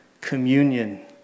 Communion